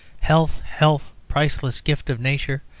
health! health! priceless gift of nature!